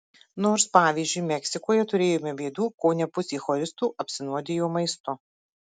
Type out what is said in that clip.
nors pavyzdžiui meksikoje turėjome bėdų kone pusė choristų apsinuodijo maistu